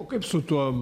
o kaip su tuo